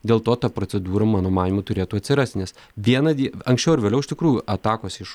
dėl to ta procedūra mano manymu turėtų atsirasti nes vieną die anksčiau ar vėliau iš tikrųjų atakos iš